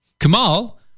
Kamal